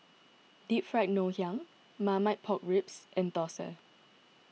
Deep Fried Ngoh Hiang Marmite Pork Ribs and Thosai